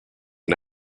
and